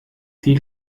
die